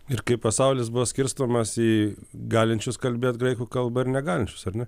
ir kaip pasaulis buvo skirstomas į galinčius kalbėt graikų kalba ir negalinčius ar ne